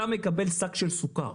אתה מקבל שק של סוכר.